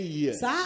years